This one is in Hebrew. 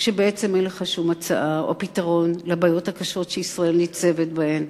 שבעצם אין לך שום הצעה או פתרון לבעיות הקשות שישראל ניצבת בפניהן.